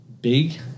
big